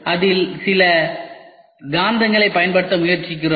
அதில் சில காந்தங்களைப் பயன்படுத்த முயற்சிக்கிறோம்